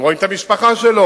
הם רואים את המשפחה שלו.